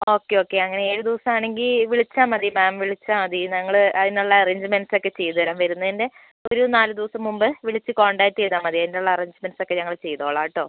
okay okay അങ്ങനെ ഏഴ് ദിവസം ആണെങ്കിൽ വിളിച്ചാൽ മതി മാം വിളിച്ചാൽ മതി ഞങ്ങൾ അതിനുള്ള അറേഞ്ച്മെൻ്റ്സൊക്കെ ചെയ്തു തരാം വരുന്നതിൻ്റെ ഒരു നാലു ദിവസം മുമ്പ് വിളിച്ച് കോൺടാക്ട് ചെയ്താൽ മതി അതിനുള്ള അറേഞ്ച്മെൻ്റ്സൊക്കെ ഞങ്ങൾ ചെയ്തുകൊളളാം കേട്ടോ